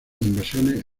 invasiones